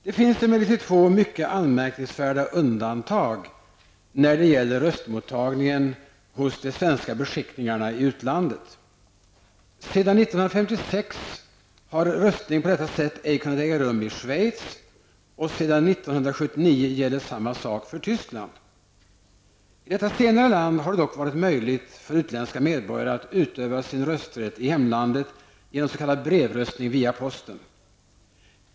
Det finns emellertid två mycket anmärkningsvärda undantag när det gäller röstmottagningen hos de svenska beskickningarna i utlandet. Sedan 1956 har röstning på detta sätt ej kunna äga rum i Schweiz, och sedan 1979 gäller samma sak för Tyskland. I detta senare land har det dock varit möjligt för utländska medborgare att utöva sin rösträtt i hemlandet genom s.k. brevröstning via posten.